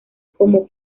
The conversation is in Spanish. como